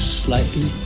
slightly